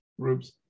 groups